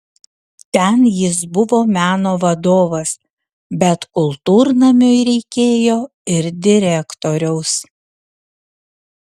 ten jis buvo meno vadovas bet kultūrnamiui reikėjo ir direktoriaus